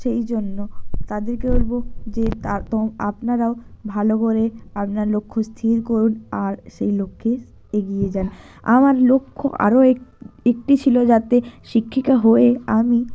সেই জন্য তাদেরকে বলব যে তা তো আপনারাও ভালো করে আপনার লক্ষ্য স্থির করুন আর সেই লক্ষ্যে এগিয়ে যান আমার লক্ষ্য আরও এক একটি ছিল যাতে শিক্ষিকা হয়ে আমি